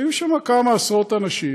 היו שם כמה עשרות אנשים,